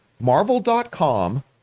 Marvel.com